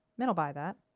men will buy that.